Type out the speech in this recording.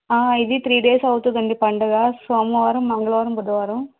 ఇది three days అవుతుందండి పండుగా సోమవారం మంగళవారం బుధవారం